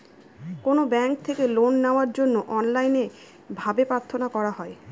কোনো ব্যাঙ্ক থেকে লোন নেওয়ার জন্য অনলাইনে ভাবে প্রার্থনা করা হয়